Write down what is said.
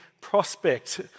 prospect